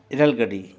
rail ᱜᱟᱹᱰᱤ